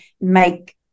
make